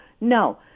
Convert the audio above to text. No